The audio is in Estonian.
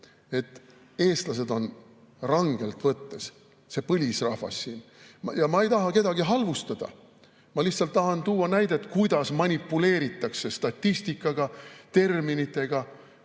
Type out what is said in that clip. sest eestlased on rangelt võttes siinne põlisrahvas. Ma ei taha kedagi halvustada. Ma lihtsalt tahan tuua näite, kuidas manipuleeritakse statistikaga ja terminitega